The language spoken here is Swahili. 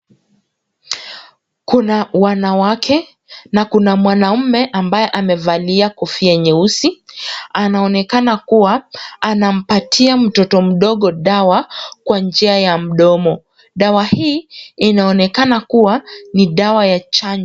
Kuna wanawake na kuna mwanaume ambaye amevalia kofia nyeusi, anaonekana kuwa anampatia mtoto mdogo dawa kwa njia ya mdomo. Dawa hii inaonekana kuwa ni dawa ya chanjo.